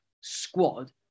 squad